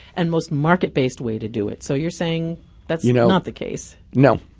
and most market-based way to do it. so you're saying that's you know not the case. no,